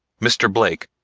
mr. blake,